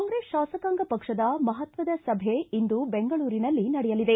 ಕಾಂಗ್ರೆಸ್ ಶಾಸಕಾಂಗ ಪಕ್ಷದ ಮಹತ್ವದ ಸಭೆ ಇಂದು ಬೆಂಗಳೂರಿನಲ್ಲಿ ನಡೆಯಲಿದೆ